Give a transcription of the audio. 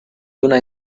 una